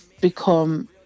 become